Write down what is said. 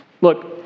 Look